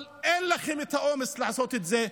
אבל אין לכם את האומץ לעשות את זה.